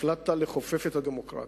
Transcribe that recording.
החלטת לכופף את הדמוקטיה.